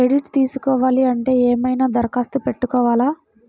Credit తీసుకోవాలి అంటే ఏమైనా దరఖాస్తు పెట్టుకోవాలా?